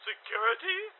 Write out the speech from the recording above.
Security